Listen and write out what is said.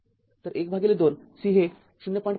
तर १२ C हे ०